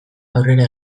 aurrera